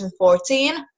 2014